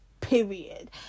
Period